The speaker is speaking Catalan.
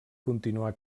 continuar